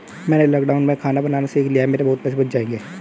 मैंने लॉकडाउन में खाना बनाना सीख लिया है, मेरे बहुत पैसे बच जाएंगे